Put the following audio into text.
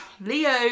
Leo